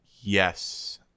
Yes